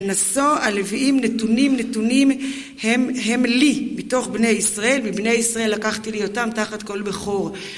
נשוא הלוויים נתונים נתונים הם לי בתוך בני ישראל ובני ישראל לקחתי לי אותם תחת כל בכור